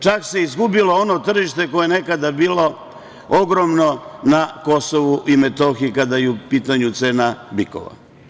Čak se izgubilo ono tržište koje je nekada bila ogromno na Kosovu i Metohiji kada je u pitanju cena bikova.